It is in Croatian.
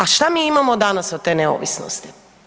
A šta mi imamo danas od ne neovisnosti?